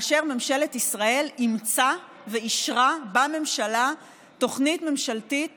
ואז ממשלת ישראל אימצה ואישרה בממשלה תוכנית ממשלתית